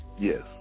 Yes